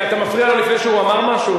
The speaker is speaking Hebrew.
אתה מפריע לו לפני שהוא אמר משהו?